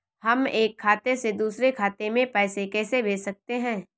हम एक खाते से दूसरे खाते में पैसे कैसे भेज सकते हैं?